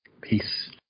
Peace